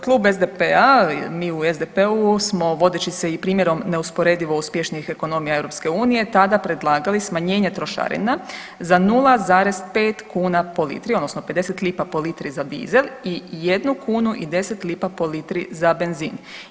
Klub SDP-a, mi u SDP-u smo vodeći se i primjerom neusporedivo uspješnijih ekonomija EU tada predlagali smanjenje trošarina za 0,5 kuna po litri, odnosno 50 lipa po litri za dizel i 1 kunu i 10 lipa po litri za benzin.